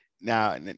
Now